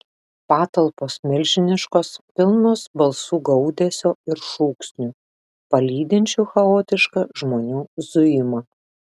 patalpos milžiniškos pilnos balsų gaudesio ir šūksnių palydinčių chaotišką žmonių zujimą